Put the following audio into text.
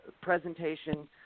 presentation